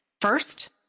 First